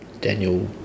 Daniel